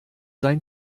sein